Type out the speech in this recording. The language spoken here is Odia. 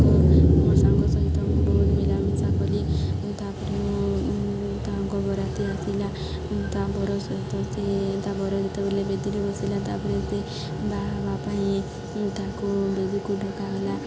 ମୋ ସାଙ୍ଗ ସହିତ ମୁଁ ବହୁତ ମିଳାମିଶା କଲି ତା'ପରେ ମୁଁ ତାଙ୍କ ବରାତି ଆସିଲା ତା ବର ସହିତ ସେ ତା ବର ଯେତେବେଳେ ବେଦିରେ ବସିଲା ତା'ପରେ ସେ ବାହାହେବା ପାଇଁ ତାକୁ ବେଦିକୁ ଡ଼କାହେଲା